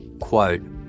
Quote